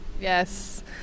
Yes